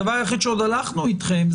הדבר היחיד שעוד הלכנו אתכם,